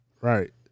Right